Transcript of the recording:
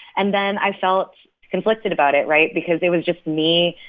and then i felt conflicted about it, right? because it was just me